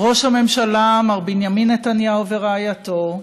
ראש הממשלה מר בנימין נתניהו ורעייתו,